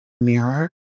Mirror